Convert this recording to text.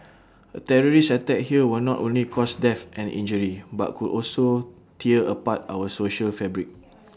A terrorist attack here will not only cause death and injury but could also tear apart our social fabric